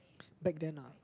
back then ah